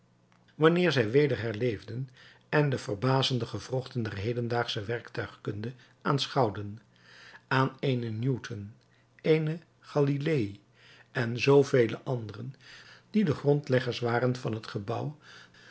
wanneer zij weder herleefden en de verbazende gewrochten der hedendaagsche werktuigkunde aanschouwden aan eenen newton eenen galilei en zoovele anderen die de grondleggers waren van het gebouw